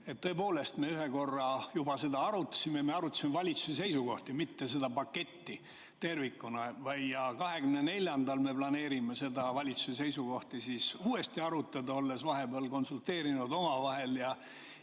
tõepoolest, me ühe korra juba seda arutasime. Me arutasime valitsuse seisukohti, mitte seda paketti tervikuna. Ja 24-ndal me plaanime valitsuse seisukohti uuesti arutada, olles vahepeal konsulteerinud omavahel ja